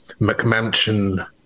McMansion